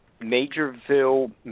Majorville